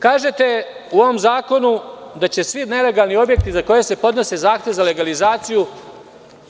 Kažete da će svi nelegalni objekti za koje se podnesu za legalizaciju